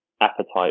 appetite